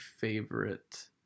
favorite